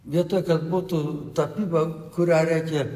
vietoj kad būtų tapyba kurią reikia